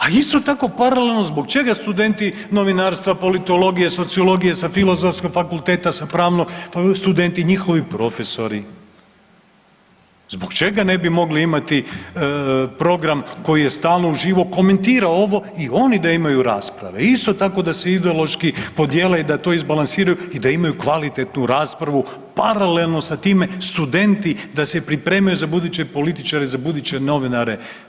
A isto tako paralelno zbog čega studenti novinarstva, politologije, sociologije sa Filozofskog fakulteta, sa Pravnog studenti njihovi, profesori zbog čega ne bi mogli imati program koji je stalno u živo komentira ovo i oni da imaju rasprave isto tako da se ideološki podijele i da to izbalansiraju i da imaju kvalitetnu raspravu, paralelno s time studenti da se pripreme za buduće političare, za buduće novinar?